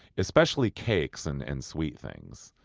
especially cakes and and sweet things.